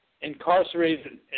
incarcerated